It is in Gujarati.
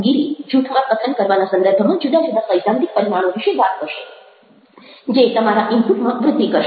ગિરિ જૂથમાં કથન કરવાના સંદર્ભમાં જુદા જુદા સૈદ્ધાંતિક પરિમાણો વિશે વાત કરશે જે તમારા ઇનપુટ માં વૃદ્ધિ કરશે